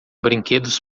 brinquedos